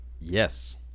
yes